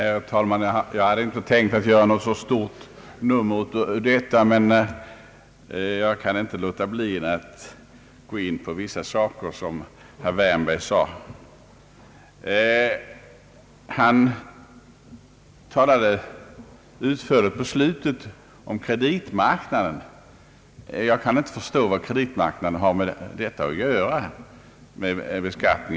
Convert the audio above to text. Herr talman! Jag hade inte tänkt göra något stort nummer av detta ärende, men jag kan inte underlåta att gå in på vissa punkter som herr Wärnberg drog fram, Han talade i slutet av sitt anförande utförligt om kreditmarknaden. Jag kan inte förstå vad kreditmarknaden har med den här beskattningen att göra.